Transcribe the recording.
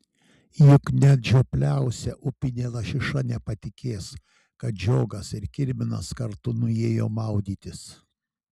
juk net žiopliausia upinė lašiša nepatikės kad žiogas ir kirminas kartu nuėjo maudytis